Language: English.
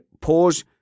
pause